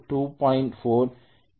4 என்று சொல்ல வேண்டும்